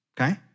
Okay